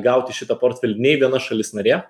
gauti šitą portfelį nei viena šalis narė